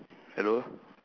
hello